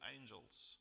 angels